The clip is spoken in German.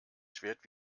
schwert